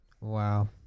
Wow